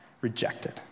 rejected